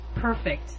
perfect